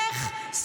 לך,